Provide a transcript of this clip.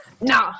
No